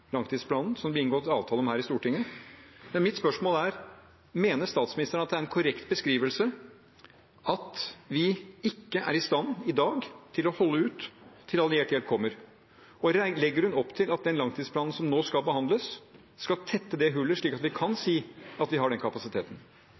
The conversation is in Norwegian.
langtidsplanen som det ble inngått avtale om her i Stortinget. Mitt spørsmål er: Mener statsministeren det er en korrekt beskrivelse at vi i dag ikke er i stand til å holde ut til alliert hjelp kommer, og legger hun opp til at den langtidsplanen som nå skal behandles, skal tette det hullet slik at vi kan